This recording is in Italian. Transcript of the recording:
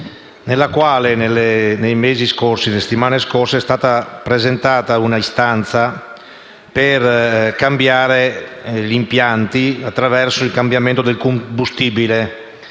nella quale nelle settimane scorse è stata presentata una istanza per modificare gli impianti attraverso il cambiamento del combustibile